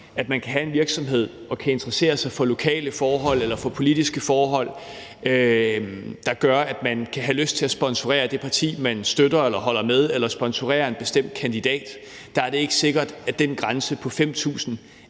det. Man kan have en virksomhed og interessere sig for lokale forhold eller for politiske forhold, og det kan gøre, at man kan have lyst til at sponsorere det parti, man støtter eller holder med, eller sponsorere en bestemt kandidat, og der er det ikke sikkert, at den grænse på 5.000